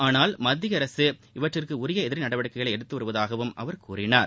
ஆனால் மத்திய அரசு இவற்றிற்கு உரிய எதிர் நடவடிக்கைகளை எடுத்து வருவதாகவும் அவர் கூறினார்